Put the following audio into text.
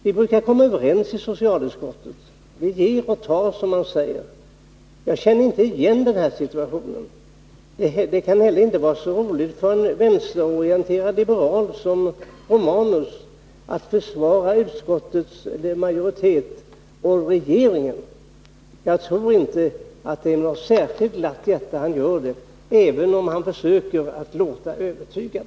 Vi brukar komma överens i socialutskottet. Vi ger och tar, som man säger. Jag känner inte igen den här situationen. Det kan heller inte vara så roligt för en vänsterorienterad liberal som Gabriel Romanus att försvara utskottets majoritet och regeringen. Jag tror inte att det är med något särskilt glatt hjärta han gör det, även om han försöker att låta övertygad.